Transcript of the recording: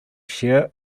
share